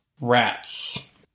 Rats